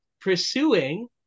pursuing